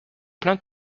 plaint